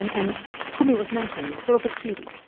and and kumi was mentioning, sort of a treaty.